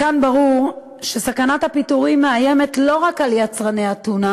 מכאן ברור שסכנת הפיטורים מאיימת לא רק על יצרני הטונה